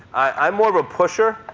i'm more of a pusher,